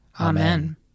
Amen